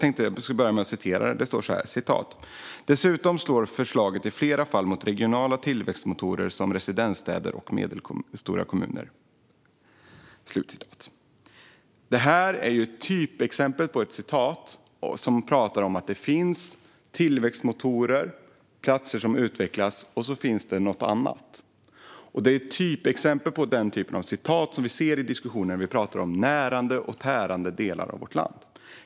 Det står så här: "Dessutom slår förslaget i flera fall mot regionala tillväxtmotorer som residensstäder och medelstora kommuner." Det här är ju ett typexempel på hur man talar om att det finns tillväxtmotorer och platser som utvecklas - och så finns det något annat. Det är ett typexempel på en diskussion där vi pratar om närande och tärande delar av vårt land.